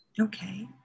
Okay